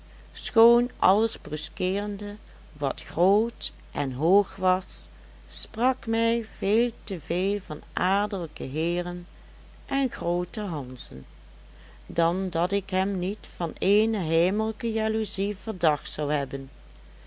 schoon alles bruskeerende wat groot en hoog was sprak mij veel te veel van adellijke heeren en groote hanzen dan dat ik hem niet van eene heimelijke jaloezie verdacht zou hebben